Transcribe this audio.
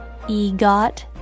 EGOT